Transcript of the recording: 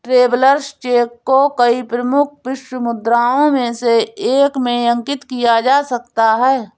travellers cheque को कई प्रमुख विश्व मुद्राओं में से एक में अंकित किया जा सकता है